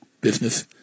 business